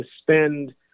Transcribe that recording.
spend